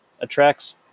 attracts